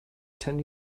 ten